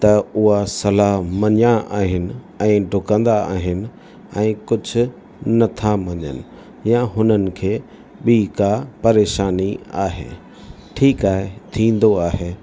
त हूअ सलाह मञिया आहिनि ऐं ॾुकंदा आहिनि ऐं कुझु नथा मञनि या हुननि खे बि का परेशानी आहे ठीकु आहे थींदो आहे